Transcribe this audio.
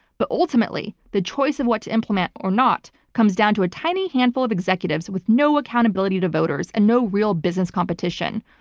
but ultimately the choice of what to implement or not comes down to a tiny handful of executives with no accountability to voters and no real business competition.